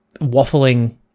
waffling